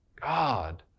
God